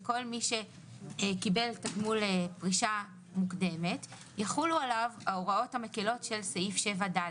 שכל מי שקיבל תגמול פרישה מוקדמת יחולו עליו ההוראות המקלות של סעיף 7ד,